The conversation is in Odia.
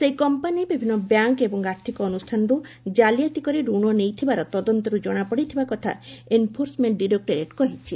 ସେହି କମ୍ପାନୀ ବିଭିନ୍ନ ବ୍ୟାଙ୍କ୍ ଏବଂ ଆର୍ଥିକ ଅନୁଷ୍ଠାନରୁ କାଲିଆତି କରି ରଣ ନେଇଥିବାର ତଦନ୍ତରୁ ଜଣାପଡ଼ିଥିବା କଥା ଏନ୍ଫୋର୍ସମେଣ୍ଟ ଡାଇରେକ୍ଟୋରେଟ୍ କହିଛି